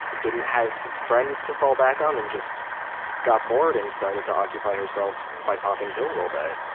didn't have friends to fall back on and just got bored and started to occupy herself by popping pills all day.